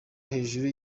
hejuru